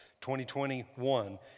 2021